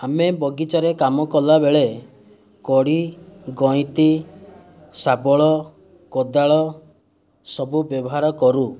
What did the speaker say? ଆମେ ବଗିଚାରେ କାମ କଲା ବେଳେ କୋଡ଼ି ଗଇଁତି ଶାବଳ କୋଦାଳ ସବୁ ବ୍ୟବହାର କରୁ